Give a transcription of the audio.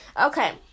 Okay